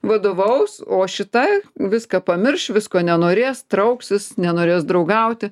vadovaus o šita viską pamirš visko nenorės trauksis nenorės draugauti